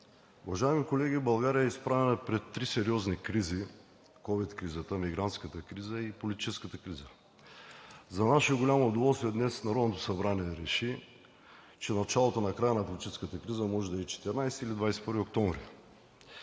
България е изправена пред три сериозни кризи: ковид кризата, мигрантската криза и политическата криза. За наше голямо удоволствие днес Народното събрание реши, че началото на края на политическата криза може да е 14 или 21 ноември.